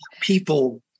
people